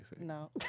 No